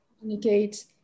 communicate